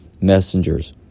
messengers